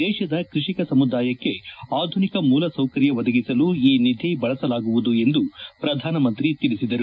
ದೇಶದ ಕೃಷಿಕ ಸಮುದಾಯಕ್ಕೆ ಆಧುನಿಕ ಮೂಲ ಸೌಕರ್ಯ ಒದಗಿಸಲು ಈ ನಿಧಿ ಬಳಸಲಾಗುವುದು ಎಂದು ಪ್ರಧಾನಮಂತ್ರಿ ತಿಳಿಸಿದರು